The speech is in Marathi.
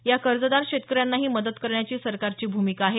या कर्जदार शेतकऱ्यांनाही मदत करण्याची सरकारची भूमिका आहे